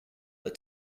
are